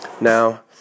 Now